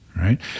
right